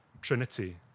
Trinity